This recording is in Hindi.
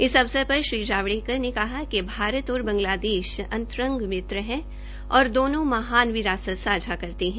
इस अवसर पर श्री जावड़ेकर ने कहा कि भारत और बांगलादेश और बांगलादेश अंतरंग मित्र है और दोनों महान विरासत सांझा करते है